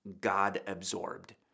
God-absorbed